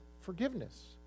forgiveness